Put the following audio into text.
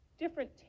different